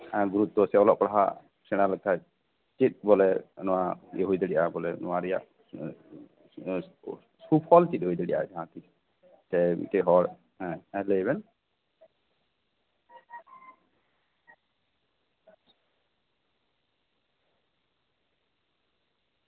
ᱜᱩᱨᱩᱛᱛᱚ ᱥᱮ ᱚᱞᱚᱜ ᱯᱟᱲᱦᱟᱜ ᱥᱮᱬᱟ ᱞᱮᱠᱷᱟᱡ ᱪᱮᱫ ᱵᱚᱞᱮ ᱤᱭᱟᱹ ᱦᱩᱭ ᱫᱟᱲᱮᱭᱟᱜᱼᱟ ᱱᱚᱣᱟ ᱨᱮᱭᱟᱜ ᱥᱩᱯᱷᱚᱞ ᱪᱮᱫ ᱦᱩᱭ ᱫᱟᱲᱮᱭᱟᱜᱼᱟ ᱢᱤᱫᱴᱮᱡ ᱦᱚᱲ ᱦᱮᱸ ᱞᱟᱹᱭ ᱵᱮᱱ